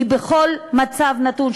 כי בכל מצב נתון,